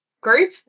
Group